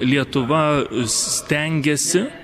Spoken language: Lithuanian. lietuva stengiasi